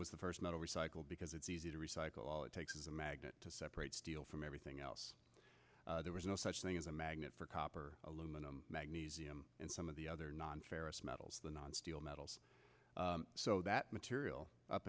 was the first metal recycled because it's easy to recycle all it takes is a magnet to separate steel from everything else there was no such thing as a magnet for copper aluminum magnesium and some of the other non ferrous metals the non steel metals so that material up